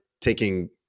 taking